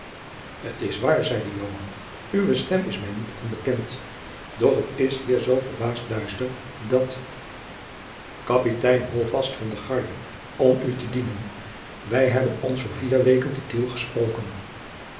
t is waar zeide joan uwe stem is mij niet onbekend doch het is hier zoo verbaasd duister dat kapitein holtvast van de guarde om u te dienen wij hebben ons voor vier weken te tiel gesproken